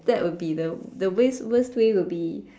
that would be the the ways worst will be